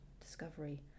Discovery